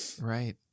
Right